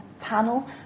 panel